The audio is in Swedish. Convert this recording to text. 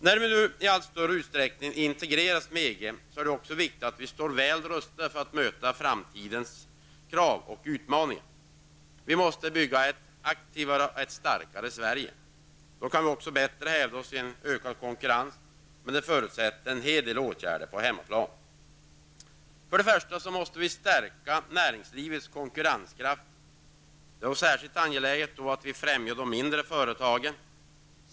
När vi nu i allt större utsträckning integreras med EG är det viktigt att vi står väl rustade att möta framtidens krav och utmaningar. Vi måste bygga ett aktivare och starkare Sverige. Då kan vi också bättre hävda oss i en ökad konkurrens, men detta förutsätter en hel del åtgärder på hemmaplan. För det första måste vi stärka näringslivets konkurrenskraft. Det är särskilt angeläget att vi främjar de mindre företagen.